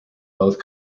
both